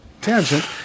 Tangent